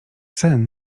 sen